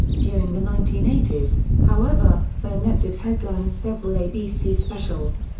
during the nineteen eighty s, however, burnett did headline several abc specials.